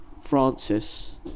Francis